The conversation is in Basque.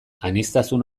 aniztasun